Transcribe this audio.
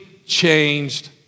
changed